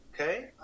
Okay